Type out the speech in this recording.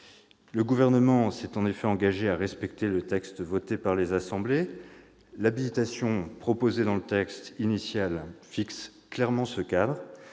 Le Gouvernement s'est engagé à respecter le texte voté par les assemblées, l'habilitation proposée dans le texte initial fixant clairement un cadre.